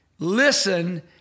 Listen